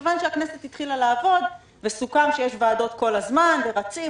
מכיוון שהכנסת התחילה לעבוד וסוכם שיש ועדות כל הזמן ובאופן רציף,